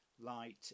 light